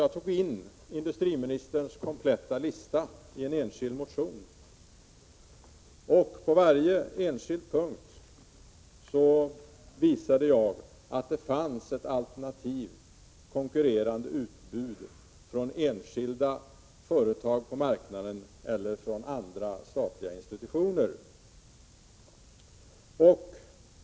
Jag tog in industriministerns kompletta lista i en enskild motion, och på varje punkt visade jag att det fanns ett alternativ, ett konkurrerande utbud från enskilda företag på marknaden eller från andra statliga institutioner.